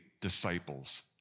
disciples